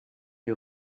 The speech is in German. die